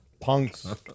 punks